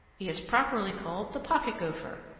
he is properly called the pocket gopher,